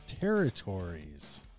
Territories